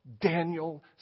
Daniel